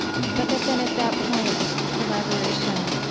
but that then, at that point, collaboration